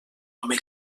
home